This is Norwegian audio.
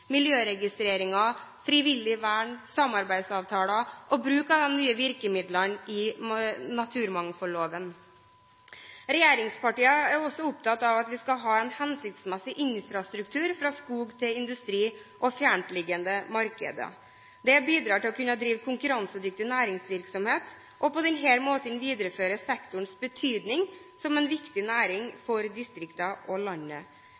miljøregistreringer, frivillig vern, samarbeidsavtaler og bruk av de nye virkemidlene i naturmangfoldloven. Regjeringspartiene er også opptatt av at vi skal ha en hensiktsmessig infrastruktur fra skog til industri og fjerntliggende markeder. Det bidrar til å kunne drive konkurransedyktig næringsvirksomhet, og på denne måten videreføre sektorens betydning som en viktig næring for distriktene og landet.